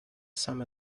some